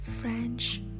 French